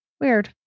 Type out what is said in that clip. weird